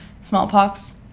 smallpox